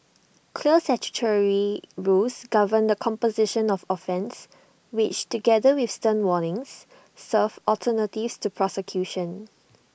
clear statutory rules govern the composition of offences which together with stern warnings serve alternatives to prosecution